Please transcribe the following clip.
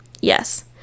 Yes